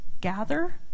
gather